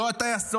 לא את הטייסות,